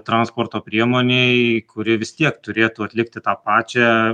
transporto priemonei kuri vis tiek turėtų atlikti tą pačią